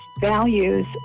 values